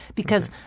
because.